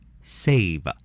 Save